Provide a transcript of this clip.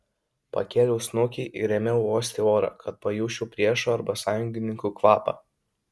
pakėliau snukį ir ėmiau uosti orą kad pajusčiau priešų arba sąjungininkų kvapą